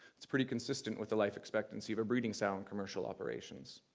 it's pretty consistent with life expectancy of a breeding sow in commercial operations.